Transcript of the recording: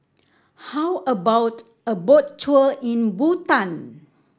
how about a Boat Tour in Bhutan